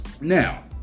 Now